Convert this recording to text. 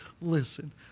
listen